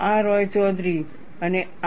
આ રોયચૌધરી અને આર